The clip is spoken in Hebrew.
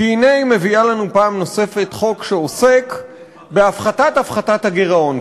כי הנה היא מביאה לנו פעם נוספת חוק שעוסק בהפחתת הפחתת הגירעון,